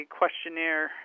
questionnaire